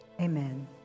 Amen